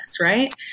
Right